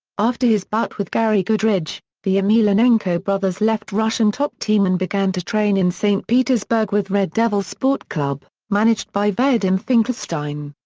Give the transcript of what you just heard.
after his bout with gary goodridge, the emelianenko brothers left russian top team and began to train in st. petersburg with red devil sport club, managed by vadim finkelstein.